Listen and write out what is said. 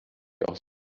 auch